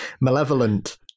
malevolent